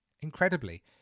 Incredibly